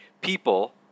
people